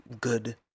good